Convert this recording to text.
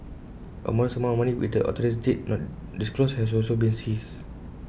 A modest amount of money which the authorities did not disclose has also been seized